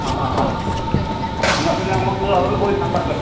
ആ ആ ആ ആ എന്നാൽ പിന്നെ നമുക്ക് അതൊന്നു പോയി കണ്ടാലോ